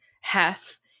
Hef